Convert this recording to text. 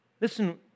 listen